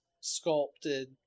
sculpted